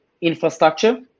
infrastructure